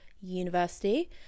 university